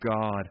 God